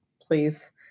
please